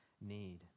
need